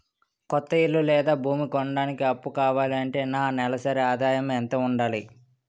కొత్త ఇల్లు లేదా భూమి కొనడానికి అప్పు కావాలి అంటే నా నెలసరి ఆదాయం ఎంత ఉండాలి?